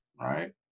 right